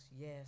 yes